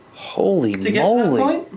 holy moly.